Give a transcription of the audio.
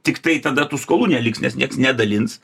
tiktai tada tų skolų neliks nes nieks nedalins